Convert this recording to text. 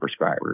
prescribers